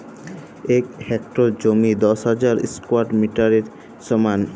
এক হেক্টর জমি দশ হাজার স্কোয়ার মিটারের সমান